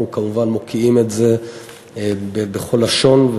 אנחנו כמובן מוקיעים את זה בכל לשון,